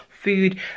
food